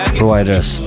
providers